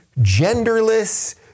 genderless